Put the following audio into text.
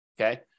Okay